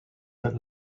that